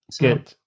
Good